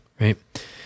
right